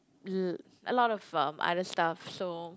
l~ a lot of um other stuff so